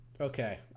Okay